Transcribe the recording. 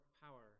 power